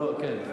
כן.